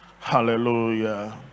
Hallelujah